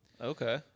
okay